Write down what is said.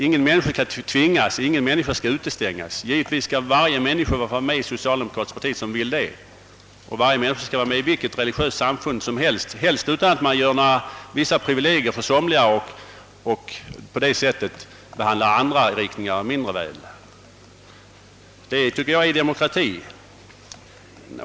Ingen människa skall tvingas, ingen människa skall utestängas. Givetvis skall alla som vill det få vara med i det socialdemokratiska partiet eller i ett religiöst samfund. Helst bör det emellertid då inte förekomma några privilegier för vissa riktningar. Det tycker jag är demokrati.